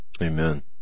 Amen